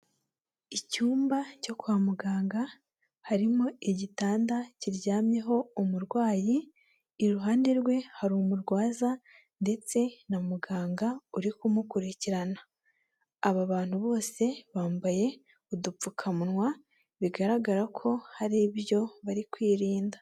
Icyumba cyo kwa muganga harimo igitanda kiryamyeho umurwayi, iruhande rwe hari umurwaza ndetse na muganga uri kumukurikirana. Aba bantu bose bambaye udupfukamunwa bigaragara ko hari ibyo bari kwirinda.